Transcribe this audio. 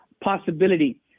possibility